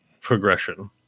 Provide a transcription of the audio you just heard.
progression